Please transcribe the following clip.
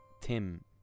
Tim